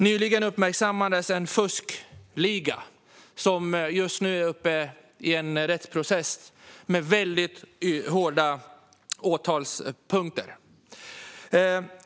Nyligen uppmärksammades en fuskliga, som just nu är mitt uppe i en rättsprocess med hårda åtalspunkter.